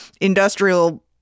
industrial